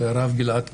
הרב גלעד קריב,